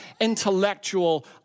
intellectual